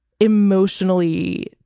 emotionally